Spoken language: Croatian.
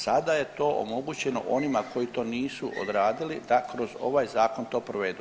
Sada je to omogućeno onima koji to nisu odradili da kroz ovaj zakon to provedu.